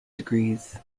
degrees